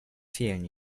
fehlen